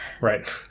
Right